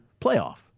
playoff